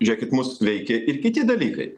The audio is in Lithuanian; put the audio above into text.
žiūrėkit mus veikė ir kiti dalykai